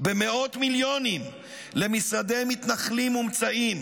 במאות מיליונים למשרדי מתנחלים מומצאים,